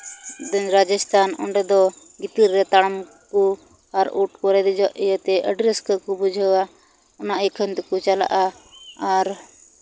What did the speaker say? ᱡᱮᱢᱚᱱ ᱨᱟᱡᱚᱥᱛᱷᱟᱱ ᱚᱸᱰᱮ ᱫᱚ ᱜᱤᱛᱤᱞ ᱨᱮ ᱛᱟᱲᱟᱢ ᱠᱚ ᱟᱨ ᱩᱸᱴ ᱨᱮ ᱫᱮᱡᱚᱜ ᱤᱭᱟᱹ ᱛᱮ ᱟᱹᱰᱤ ᱨᱟᱹᱥᱠᱟᱹ ᱠᱚ ᱵᱩᱡᱷᱟᱹᱣᱟ ᱚᱱᱟ ᱟᱹᱭᱠᱷᱟᱹᱱ ᱛᱮᱠᱚ ᱪᱟᱞᱟᱜᱼᱟ ᱟᱨ